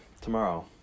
tomorrow